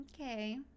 Okay